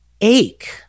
ache